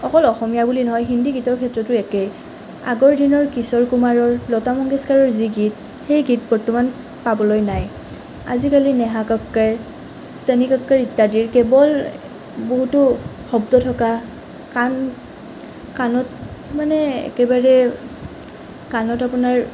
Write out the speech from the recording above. অকল অসমীয়া বুলি নহয় হিন্দী গীতৰ ক্ষেত্ৰতো একেই আগৰ দিনৰ কিশোৰ কুমাৰৰ লতা মংগেশকাৰৰ যি গীত সেই গীত বৰ্তমান পাবলৈ নাই আজিকালি নেহা কক্কৰ টনি কক্কৰ ইত্যাদিৰ কেৱল বহুতো শব্দ থকা কাণ কাণত মানে একেবাৰে কাণত আপোনাৰ